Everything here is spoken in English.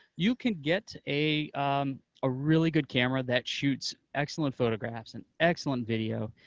you can get a ah really good camera that shoots excellent photographs and excellent video,